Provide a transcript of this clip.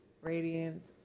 radiant